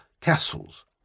castles